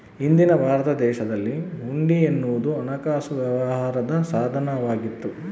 ಹಿಂದಿನ ಭಾರತ ದೇಶದಲ್ಲಿ ಹುಂಡಿ ಎನ್ನುವುದು ಹಣಕಾಸು ವ್ಯವಹಾರದ ಸಾಧನ ವಾಗಿತ್ತು